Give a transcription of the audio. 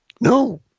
No